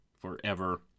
forever